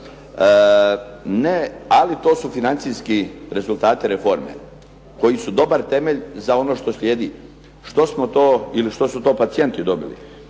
Ali, to su financijski rezultati reforme koji su dobar temelj za ono što slijedi. Što smo to, ili